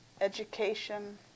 education